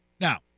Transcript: now